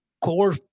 core